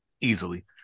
easily